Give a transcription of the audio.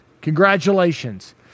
Congratulations